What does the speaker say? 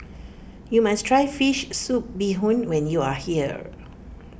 you must try Fish Soup Bee Hoon when you are here